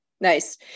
nice